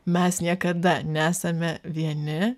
mes niekada nesame vieni